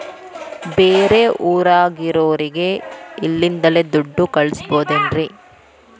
ಬೇರೆ ಊರಾಗಿರೋರಿಗೆ ಇಲ್ಲಿಂದಲೇ ದುಡ್ಡು ಕಳಿಸ್ಬೋದೇನ್ರಿ?